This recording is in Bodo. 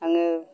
आङो